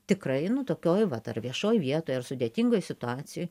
tikrai nu tokioj vat ar viešoj vietoj ar sudėtingoj situacijoj